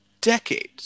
decades